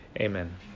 Amen